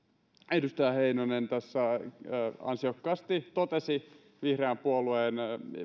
edustaja heinonen tässä ansiokkaasti totesi vihreän puolueen